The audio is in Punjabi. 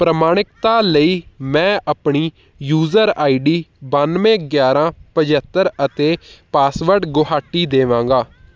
ਪ੍ਰਮਾਣਿਕਤਾ ਲਈ ਮੈਂ ਆਪਣੀ ਯੂਜ਼ਰ ਆਈ ਡੀ ਬਾਨਵੇਂ ਗਿਆਰਾਂ ਪਝੱਤਰ ਅਤੇ ਪਾਸਵਰਡ ਗੁਹਾਟੀ ਦੇਵਾਂਗਾ